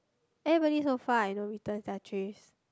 everybody so far I know returns their trays